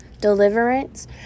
deliverance